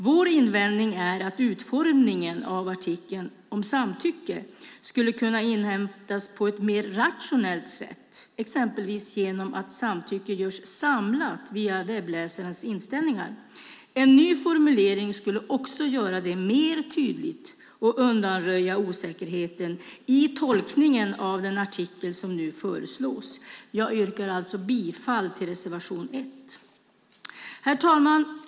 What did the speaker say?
Vår invändning mot utformningen av artikeln är att samtycke skulle kunna inhämtas på ett mer rationellt sätt, exempelvis genom att samtycke görs samlat via webbläsarens inställningar. En ny formulering skulle också göra det tydligare och undanröja osäkerheten i tolkningen av den artikel som nu föreslås. Jag yrkar bifall till reservation 1. Herr talman!